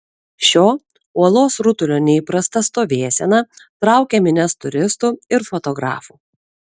šio uolos rutulio neįprasta stovėsena traukia minias turistų ir fotografų